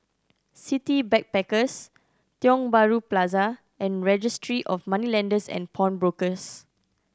City Backpackers Tiong Bahru Plaza and Registry of Moneylenders and Pawnbrokers